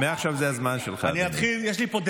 מעכשיו זה הזמן שלך, אדוני.